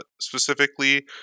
specifically